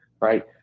right